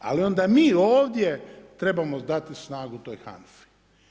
Ali, onda mi ovdje trebamo dati snagu toj HANFA-i.